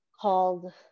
called